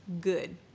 good